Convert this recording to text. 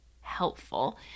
helpful